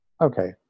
okay